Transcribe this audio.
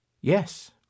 Yes